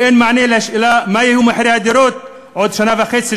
אין מענה לשאלה: מה יהיו מחירי הדירות עוד שנה וחצי,